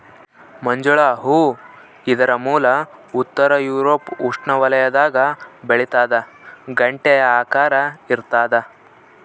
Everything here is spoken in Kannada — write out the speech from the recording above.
ಮಂಜುಳ ಹೂ ಇದರ ಮೂಲ ಉತ್ತರ ಯೂರೋಪ್ ಉಷ್ಣವಲಯದಾಗ ಬೆಳಿತಾದ ಗಂಟೆಯ ಆಕಾರ ಇರ್ತಾದ